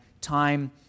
time